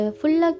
full